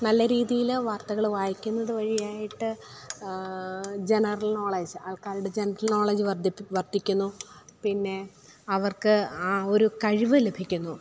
നല്ല രീതിയിൽ വാർത്തകൾ വായിക്കുന്നത് വഴിയായിട്ട് ജനറൽ നോളേജ് ആൾക്കാരുടെ ജനറൽ നോളേജ് വർദ്ധിപ്പിക്കുന്നു വർദ്ധിക്കുന്നു പിന്നെ അവർക്ക് ആ ഒരു കഴിവ് ലഭിക്കുന്നു